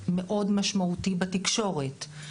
מאוד משמעותי בתקשורת,